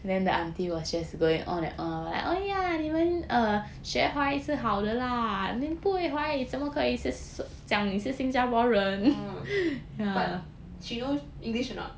mm but she knows english or not